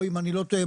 או אם אני לא טועה,